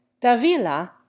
Davila